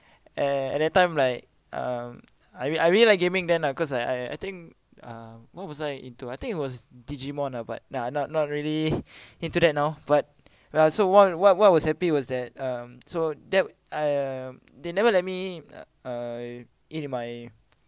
at at that time like um I mean I really like gaming then uh cause I I think uh what was I into I think it was digimon ah but ya not not really into that now but ya so what what what was happy was that um so that I um they never let me uh uh eat my